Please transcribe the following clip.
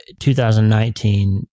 2019